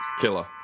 Killer